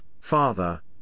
Father